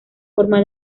forma